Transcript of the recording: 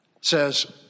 says